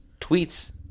tweets